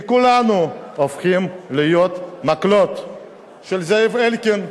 כי כולנו הופכים להיות מקלות של זאב אלקין.